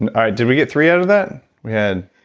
and ah did we get three out of that? we had.